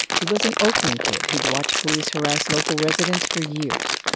he was an oakland kid who'd watched police harass local residents for years.